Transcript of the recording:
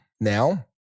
Now